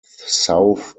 south